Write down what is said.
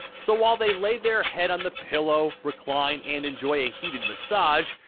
so while they lay their head on the pillow, recline and enjoy a heated massage,